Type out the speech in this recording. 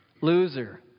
loser